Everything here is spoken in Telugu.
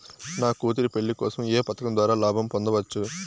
నా కూతురు పెళ్లి కోసం ఏ పథకం ద్వారా లాభం పొందవచ్చు?